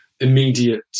immediate